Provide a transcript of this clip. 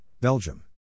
Belgium